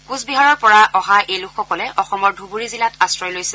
কোচ বিহাৰৰ পৰা অহা এই লোকসকলে অসমৰ ধুবুৰী জিলাত আশ্ৰয় লৈছে